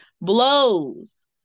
blows